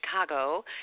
chicago